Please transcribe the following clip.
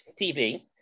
TV